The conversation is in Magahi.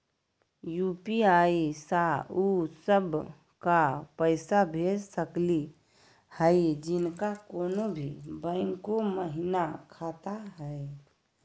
यू.पी.आई स उ सब क पैसा भेज सकली हई जिनका कोनो भी बैंको महिना खाता हई?